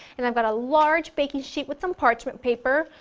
and i've got a large baking sheet with some parchment paper,